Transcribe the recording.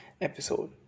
episode